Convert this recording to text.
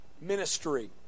ministry